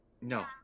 No